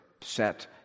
set